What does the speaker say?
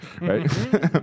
right